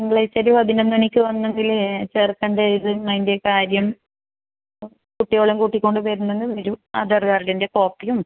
തിങ്കളാഴ്ച്ച ഒരു പതിനൊന്ന് മണിക്ക് വന്നെങ്കിൽ ചേർക്കണ്ട ഇതും അതിൻ്റെ കാര്യം കുട്ടികളേയും കൂട്ടി കൊണ്ട് വരുന്നെങ്കിൽ വരൂ ആധാർ കാർഡിൻ്റെ കോപ്പിയും